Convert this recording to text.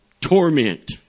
torment